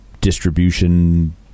distribution